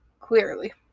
Clearly